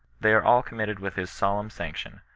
they are all committed with his solemn sanction.